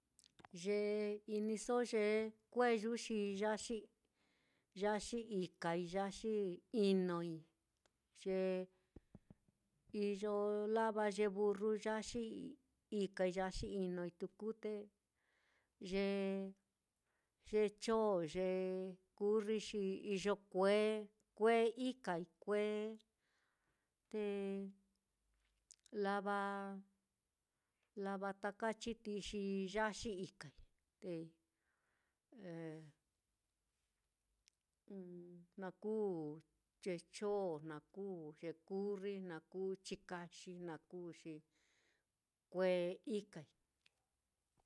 Ye iniso ye kueyu xi yaxi yaxi ikai, yaxi inoi, ye iyo lava ye burru yaxi ikai yaxi inoi tuku, ye ye chon, ye kurri, xi iyo kue-kue ikai kue te lava lava taka chitií xi yaxi ikai, te na kuu ye chon, na kuu ye kurri, na kuu chikaxi xi kue ikai.